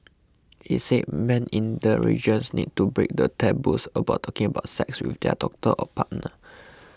he said men in the regions need to break the taboos about talking about sex with their doctor or partner